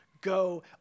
Go